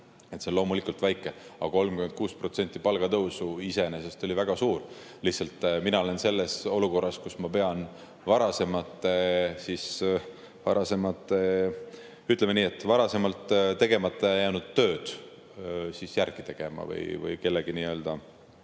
See on loomulikult väike, aga 36% palgatõusu iseenesest on väga suur. Lihtsalt mina olen selles olukorras, kus ma pean varasemalt, ütleme, tegemata jäänud tööd järele tegema või kellegi tegemisi